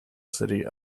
city